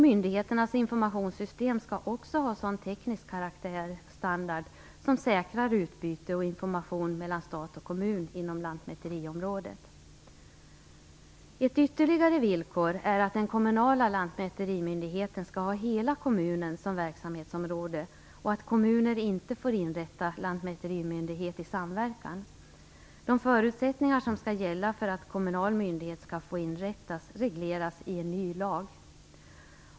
Myndigheternas informationssystem skall också ha sådan teknisk standard som säkrar utbyte och information mellan stat och kommun inom lantmäteriområdet. Ett ytterligare villkor är att den kommunala lantmäterimyndigheten skall ha hela kommunen som verksamhetsområde och att kommuner inte får inrätta lantmäterimyndighet i samverkan. De förutsättningar som skall gälla för att kommunal myndighet skall få inrättas regleras i en ny lag.